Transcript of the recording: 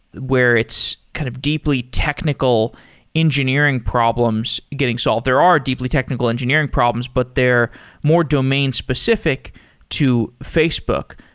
where it's kind of deeply technical engineering problems getting solved. there are deeply technical engineering problems, but they're more domain-specific to facebook.